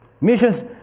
Missions